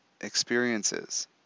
experiences